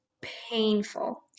painful